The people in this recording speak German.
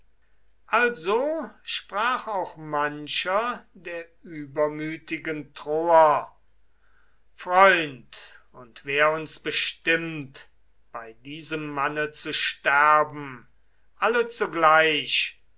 also sprach auch mancher der übermütigen troer freund und wär uns bestimmt bei diesem manne zu sterben alle zugleich